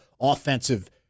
offensive